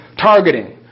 targeting